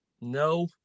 no